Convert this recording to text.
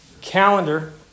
Calendar